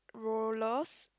rollers